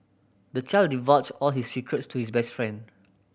the child divulged all his secret to his best friend